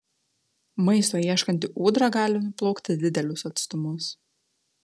maisto ieškanti ūdra gali nuplaukti didelius atstumus